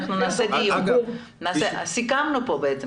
סיכמנו כאן.